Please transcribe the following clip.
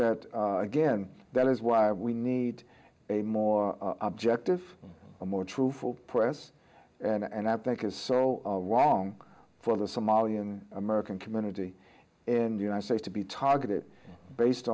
that again that is why we need a more objective a more truthful press and i think is so wrong for the somalian american community in the united states to be targeted based